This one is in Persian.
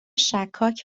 شکاک